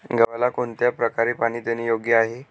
गव्हाला कोणत्या प्रकारे पाणी देणे योग्य आहे?